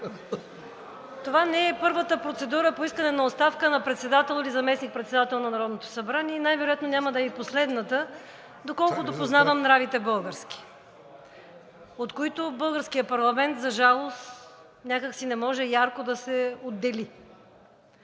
Това не е първата процедура по искане на оставка на председател или заместник-председател на Народното събрание и най-вероятно няма да е и последната, доколкото познавам нравите български, от които българският парламент, за жалост, някак си не може ярко да се отдели.